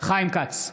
חיים כץ,